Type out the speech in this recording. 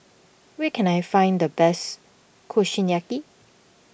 where can I find the best Kushiyaki